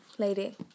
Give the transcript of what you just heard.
lady